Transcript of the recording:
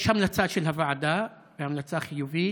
יש המלצה של הוועדה, המלצה חיובית,